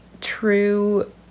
true